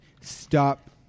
stop